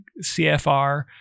CFR